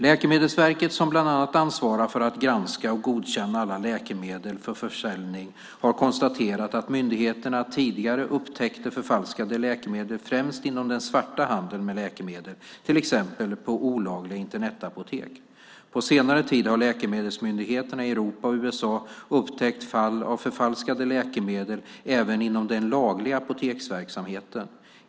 Läkemedelsverket, som bland annat ansvarar för att granska och godkänna alla läkemedel för försäljning, har konstaterat att myndigheterna tidigare upptäckte förfalskade läkemedel främst inom den svarta handeln med läkemedel, till exempel på olagliga Internetapotek. På senare tid har läkemedelsmyndigheterna i Europa och USA upptäckt fall av förfalskade läkemedel även inom den lagliga apoteksverksamheten.